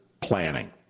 planning